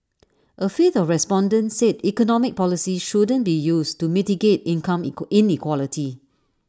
A fifth of respondents said economic policies shouldn't be used to mitigate income inequality